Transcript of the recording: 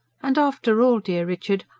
and after all, dear richard,